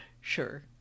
sure